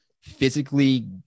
physically